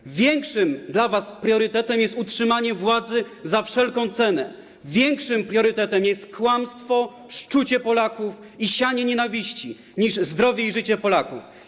Dla was większym priorytetem jest utrzymanie władzy za wszelką cenę, większym priorytetem jest kłamstwo, szczucie Polaków i sianie nienawiści niż zdrowie i życie Polaków.